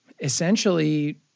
essentially